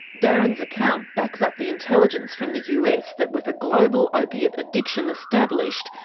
darren's account backs up the intelligence from the us, that with a global opiate addiction established,